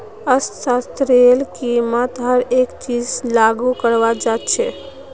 अर्थशास्त्रतेर कीमत हर एक चीजत लागू कराल जा छेक